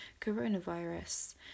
coronavirus